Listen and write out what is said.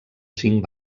cinc